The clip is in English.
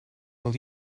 will